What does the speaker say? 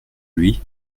lui